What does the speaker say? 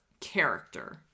character